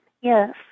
Yes